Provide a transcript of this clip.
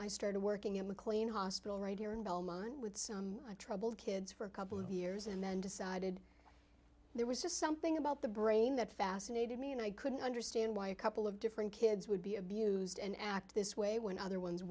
i started working at mclean hospital right here in belmont with some troubled kids for a couple of years and then decided there was just something about the brain that fascinated me and i couldn't understand why a couple of different kids would be abused and act this way when other ones